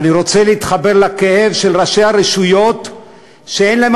ואני רוצה להתחבר לכאב של ראשי הרשויות שאין להם